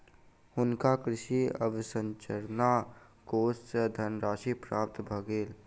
हुनका कृषि अवसंरचना कोष सँ धनराशि प्राप्त भ गेल